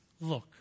look